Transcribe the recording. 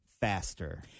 faster